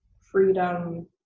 freedom